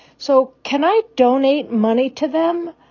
so can i donate money to them,